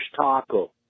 taco